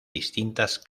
distintas